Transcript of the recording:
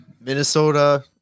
Minnesota